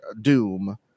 Doom